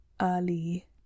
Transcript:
early